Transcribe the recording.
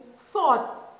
thought